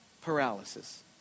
paralysis